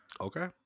Okay